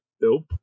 Nope